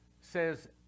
says